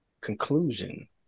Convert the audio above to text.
conclusion